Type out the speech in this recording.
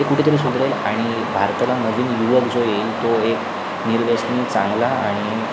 ते कुठे तरी सुधारेल आणि भारताला नवीन युवक जो येईल तो एक निर्व्यसनी चांगला आणि